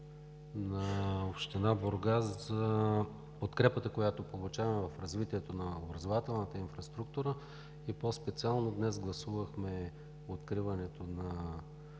на община Бургас за подкрепата, която получаваме в развитието на образователната инфраструктура и по-специално днес гласувахме откриването на